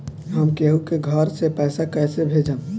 हम केहु के घर से पैसा कैइसे भेजम?